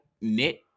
knit